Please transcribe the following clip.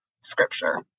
scripture